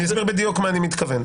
אני אסביר בדיוק מה אני מתכוון.